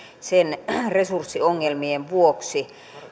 sen resurssiongelmien vuoksi